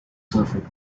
surfing